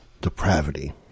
depravity